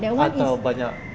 atau banyak